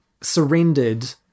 surrendered